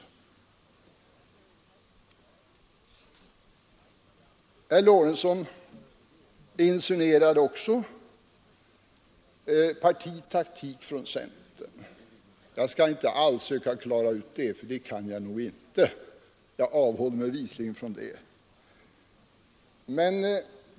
Herr Lorentzon insinuerade också partitaktik från centern. Jag skall inte alls försöka klara ut det; det kan jag nog inte. Jag avhåller mig därför visligen från det.